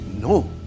No